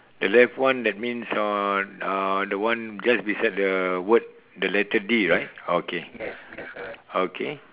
the left one that means on on the one just beside the word the letter D right okay okay